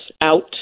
out